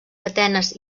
atenes